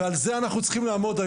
ועל זה אנחנו צריכים לעמוד.